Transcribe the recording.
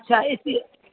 अच्छा A C